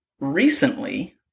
Recently